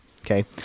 okay